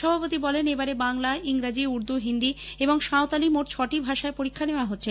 সভাপতি বলেন এবারে বাংলা ইংরাজি উর্দূ হিন্দি এবং সাঁওতালি মোট ছটি ভাষায় পরীক্ষা নেওয়া হছে